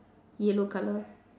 yellow colour